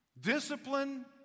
Discipline